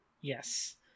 yes